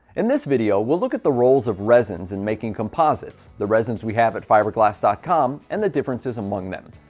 in this video, we'll look at the roles of resins in making composites, the resins we have at fibre glast dot com, and the differences among them.